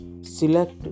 select